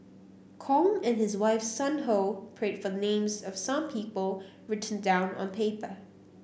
Kong and his wife Sun Ho prayed for names of some people written down on paper